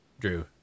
Drew